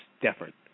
different